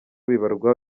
bibarwa